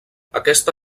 aquesta